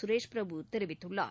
சுரேஷ் பிரபு தெரிவித்துள்ளார்